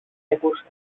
recursos